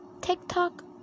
tiktok